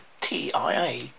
TIA